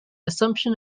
assumption